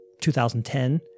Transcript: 2010